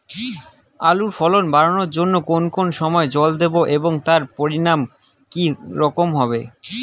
আলুর ফলন বাড়ানোর জন্য কোন কোন সময় জল দেব এবং তার পরিমান কি রকম হবে?